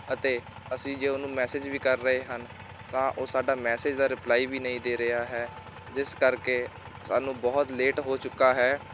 ਅਤੇ ਅਸੀਂ ਜੇ ਉਹਨੂੰ ਮੈਸਿਜ ਵੀ ਕਰ ਰਹੇ ਹਨ ਤਾਂ ਉਹ ਸਾਡਾ ਮੈਸਿਜ ਦਾ ਰਿਪਲਾਈ ਵੀ ਨਹੀਂ ਦੇ ਰਿਹਾ ਹੈ ਜਿਸ ਕਰਕੇ ਸਾਨੂੰ ਬਹੁਤ ਲੇਟ ਹੋ ਚੁੱਕਾ ਹੈ